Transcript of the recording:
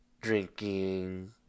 drinking